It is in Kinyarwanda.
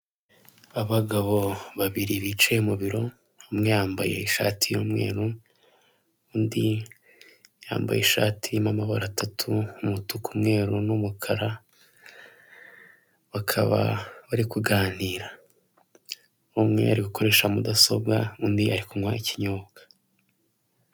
Abagabo babiri bicaye mu biro umwe yambaye ishati y'umweru undi yambaye ishati irimo amabara atatu umutuku, umweru n'umukara, bakaba bari kuganira umwe ari gukoresha mudasobwa undi ari kunywa ikinyobwa.